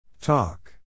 Talk